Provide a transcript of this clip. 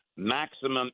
maximum